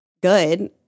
good